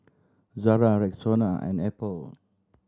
Zara Rexona and Apple